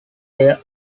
their